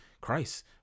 Christ